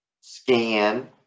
scan